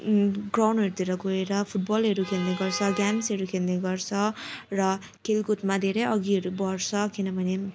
ग्राउन्डहरूतिर गएर फुटबलहरू खेल्ने गर्छ गेम्सहरू खेल्ने गर्छ र खेल कुदमा धेरै अघिहरू बढ्छ किनभने